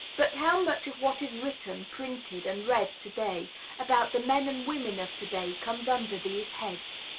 but how much of what is written, printed, and read to-day about the men and women of to-day comes under these heads?